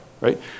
right